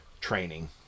training